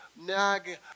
Nag